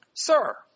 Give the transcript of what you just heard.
Sir